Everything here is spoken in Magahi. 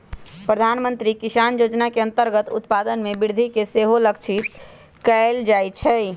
प्रधानमंत्री किसान जोजना के अंतर्गत उत्पादन में वृद्धि के सेहो लक्षित कएल जाइ छै